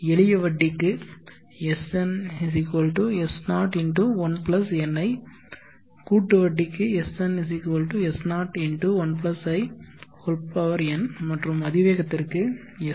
எளிய வட்டிக்கு Sn S0 1 ni கூட்டு வட்டிக்கு SnS01in மற்றும் அதிவேகத்திற்கு SnS0ei